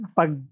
pag